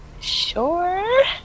Sure